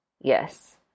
Yes